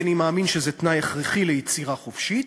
כי אני מאמין שזה תנאי הכרחי ליצירה חופשית,